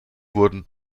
wurden